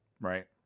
Right